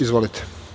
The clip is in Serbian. Izvolite.